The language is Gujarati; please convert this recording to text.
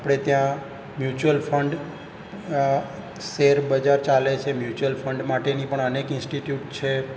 આપણે ત્યાં મ્યુચ્યુઅલ ફંડ શેરબજાર ચાલે છે મ્યુચ્યુઅલ ફંડ માટેની પણ અનેક ઇન્સ્ટીટ્યૂટ છે